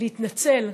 להתנצל,